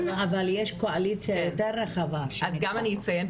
אני אציין,